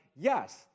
yes